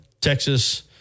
Texas